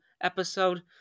episode